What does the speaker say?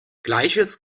gleiches